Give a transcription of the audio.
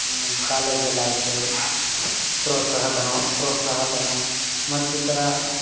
ಕಾಲೇಜಲ್ಲಿ ಐತು ಪ್ರೋತ್ಸಾಹ ದನವ ಪ್ರೋತ್ಸಹ ಧನ ಮತ್ತಿತರ